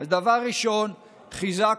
דבר ראשון, עמר,